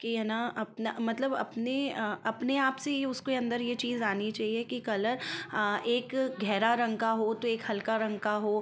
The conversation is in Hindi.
कि है न अपना मतलब अपनी अपने आप से ही उसको अंदर यह चीज़ आनी चाहिए की कलर एक गहरा रंग का हो तो एक हल्का रंग का हो